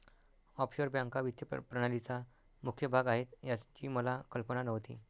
offshore बँका वित्तीय प्रणालीचा मुख्य भाग आहेत याची मला कल्पना नव्हती